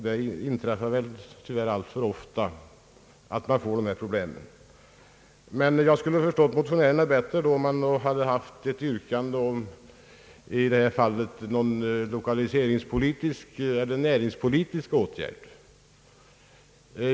Det inträffar alltför ofta att dessa problem uppkommer, men jag skulle ha förstått motionärerna bättre, om de i detta fall hade yrkat på någon lokaliseringspolitisk eller näringspolitisk åtgärd.